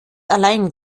allein